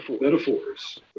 metaphors